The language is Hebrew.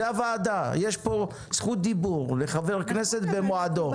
זה הוועדה, יש פה זכות דיבור לחבר כנסת במועדו.